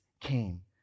came